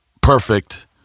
perfect